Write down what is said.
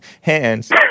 hands